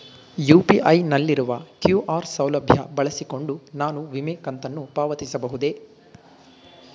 UPI ನಲ್ಲಿರುವ QR ಸೌಲಭ್ಯ ಬಳಸಿಕೊಂಡು ನಾನು ವಿಮೆ ಕಂತನ್ನು ಪಾವತಿಸಬಹುದೇ?